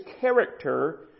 character